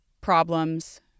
problems